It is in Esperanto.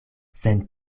sen